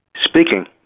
Speaking